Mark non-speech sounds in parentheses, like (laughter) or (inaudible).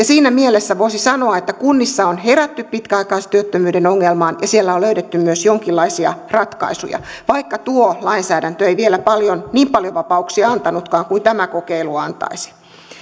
(unintelligible) siinä mielessä voisi sanoa että kunnissa on herätty pitkäaikaistyöttömyyden ongelmaan ja siellä on löydetty myös jonkinlaisia ratkaisuja vaikka tuo lainsäädäntö ei vielä niin paljon vapauksia antanutkaan kuin tämä kokeilu antaisi